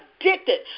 Addicted